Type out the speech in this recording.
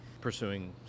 pursuing